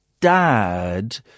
dad